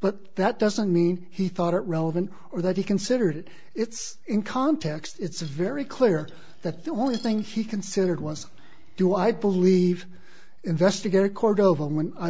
but that doesn't mean he thought it relevant or that he considered it's in context it's very clear that the only thing he considered was do i believe investigator cordovan when i